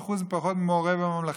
ב-50% לפחות משל מורה בממלכתי.